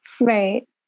Right